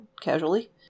casually